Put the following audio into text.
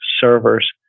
servers